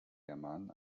germanen